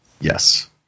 Yes